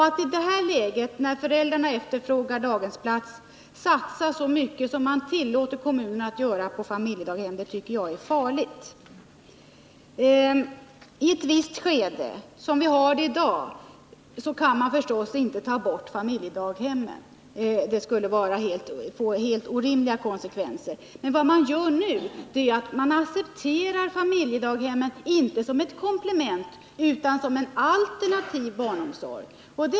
Att i ett läge där föräldrarna efterfrågar daghemsplats satsa så mycket på familjedaghem som man tillåter kommunerna att göra tycker jag är farligt. I ett visst skede, ett sådant som vi har i dag, kan man inte ta bort familjedaghemmen. Det skulle få helt orimliga konsekvenser. Men vad man gör nu är att man accepterar familjedaghemmen, inte som ett komplement utan som en alternativ barnomsorg.